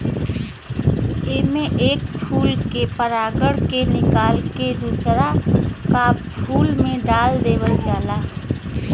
एमे एक फूल के परागण के निकाल के दूसर का फूल में डाल देवल जाला